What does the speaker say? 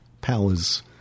powers